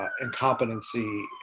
incompetency